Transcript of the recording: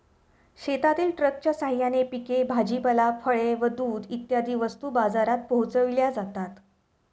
शेतातील ट्रकच्या साहाय्याने पिके, भाजीपाला, फळे व दूध इत्यादी वस्तू बाजारात पोहोचविल्या जातात